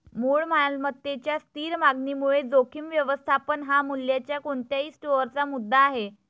मूळ मालमत्तेच्या स्थिर मागणीमुळे जोखीम व्यवस्थापन हा मूल्याच्या कोणत्याही स्टोअरचा मुद्दा आहे